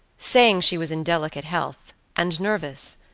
saying she was in delicate health, and nervous,